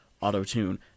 auto-tune